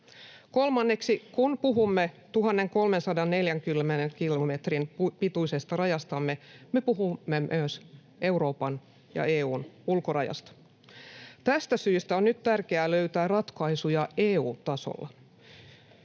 Kolmanneksi, kun puhumme 1 340 kilometrin pituisesta rajastamme, me puhumme myös Euroopan ja EU:n ulkorajasta. Tästä syystä on nyt tärkeää löytää ratkaisuja EU-tasolla.